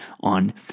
on